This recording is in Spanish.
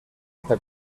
esta